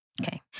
Okay